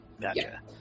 Gotcha